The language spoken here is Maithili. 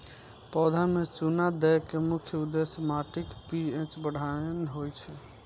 पौधा मे चूना दै के मुख्य उद्देश्य माटिक पी.एच बढ़ेनाय होइ छै